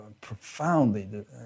profoundly